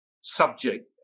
subject